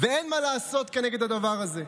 ואין מה לעשות כנגד הדבר הזה.